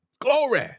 Glory